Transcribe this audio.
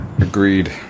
agreed